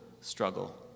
struggle